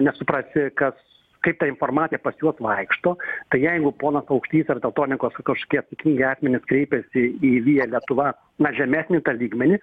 nesuprasi kas kai ta informacija pas juos vaikšto tai jeigu ponas paukštys ar teltonikos kažokie atsakingi asmenys kreipėsi į via lietuva na žemesnių tą lygmenį